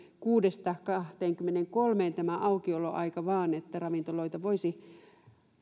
kuudesta kahteenkymmeneenkolmeen tämä aukioloaika vaan että ravintoloita voisi